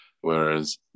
Whereas